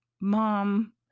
mom